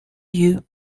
you